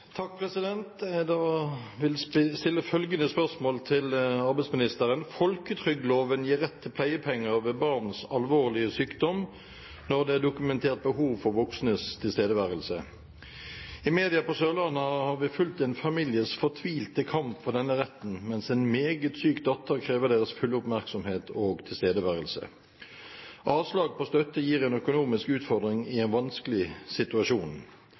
til arbeidsministeren: «Folketrygdloven gir rett til pleiepenger ved barns alvorlige sykdom når det er dokumentert behov for voksnes tilstedeværelse. I media på Sørlandet har vi fulgt en families fortvilte kamp for denne retten mens en meget syk datter krever deres fulle oppmerksomhet og tilstedeværelse. Avslag på støtte gir en økonomisk utfordring i en vanskelig situasjon.